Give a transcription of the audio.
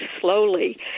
slowly